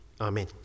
amen